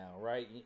right